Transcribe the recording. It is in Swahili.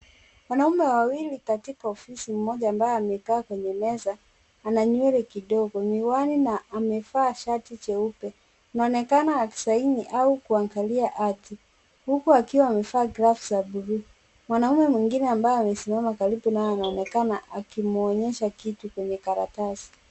Wanaume wawili katika ofisi moja ambaye amekaa kwenye meza ana nywele kidogo, miwani na amevaa shati jeupe ,inaonekana akisaini au kuangalia hati huku akiwa amevaa glavu za blue , mwanaume mwingine ambaye amesimama karibu naye anaonekana akimwonyesha kitu kwenye karatasi.